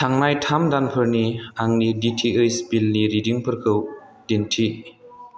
थांनाय थाम दानफोरनि आंनि डि टि ओइस बिलनि रिदिंफोरखौ दिन्थि